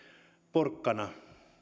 porkkana